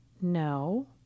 no